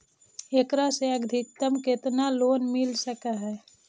एकरा से अधिकतम केतना लोन मिल सक हइ?